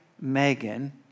Megan